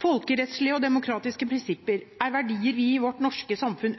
Folkerettslige og demokratiske prinsipper er verdier vi ønsker i vårt norske samfunn,